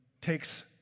takes